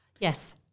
yes